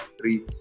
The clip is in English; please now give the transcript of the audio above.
three